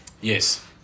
Yes